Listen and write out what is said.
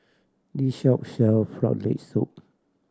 this shop sell Frog Leg Soup